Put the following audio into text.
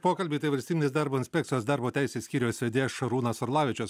pokalbį tai valstybinės darbo inspekcijos darbo teisės skyriaus vedėjas šarūnas orlavičius